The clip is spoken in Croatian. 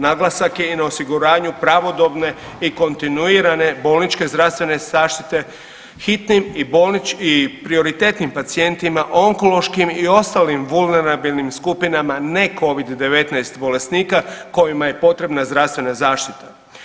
Naglasak je i na osiguranju pravodobne i kontinuirane bolničke zdravstvene zaštite, hitnim i bolničkim, i prioritetnim pacijentima, onkološkim i ostalim vulnerabilnim skupinama necovid-19 bolesnika kojima je potrebna zdravstvena zaštita.